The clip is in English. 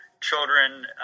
Children